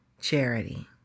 charity